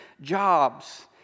jobs